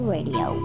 Radio